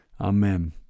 Amen